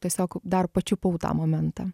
tiesiog dar pačiupau tą momentą